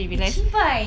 eh chibai